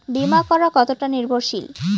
বীমা করা কতোটা নির্ভরশীল?